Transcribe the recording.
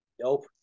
nope